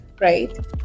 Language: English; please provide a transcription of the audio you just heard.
Right